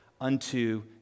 unto